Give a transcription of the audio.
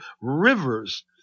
rivers